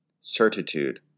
Certitude